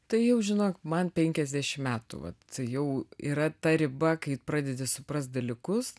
tai jau žinok man penkiasdešimt metų vat jau yra ta riba kai pradedi suprast dalykus